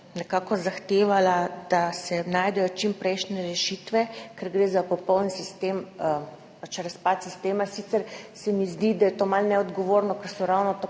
nekako zahtevala, da se najdejo čimprejšnje rešitve, ker gre za popoln razpad sistema. Sicer se mi zdi, da je to malo neodgovorno, ker so ravno tako